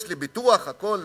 יש לי ביטוח, הכול,